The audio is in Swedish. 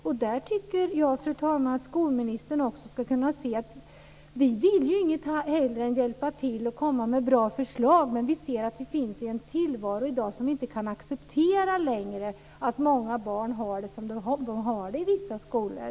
Jag tycker, fru talman, att skolministern också borde se att vi inget hellre vill än att hjälpa till och komma med bra förslag. Tillvaron i dag är sådan att vi inte kan acceptera den längre, dvs. att många barn har det som de har det i vissa skolor.